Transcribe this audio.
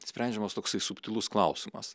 sprendžiamas toksai subtilus klausimas